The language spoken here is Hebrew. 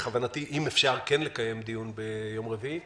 בכוונתי, אם אפשר, כן לקיים דיון ביום רביעי.